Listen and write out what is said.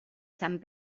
sant